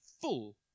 full